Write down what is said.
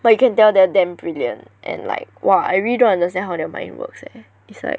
but you can tell they're damn brilliant and like !wah! I really don't understand how their mind works eh it's like